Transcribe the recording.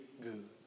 good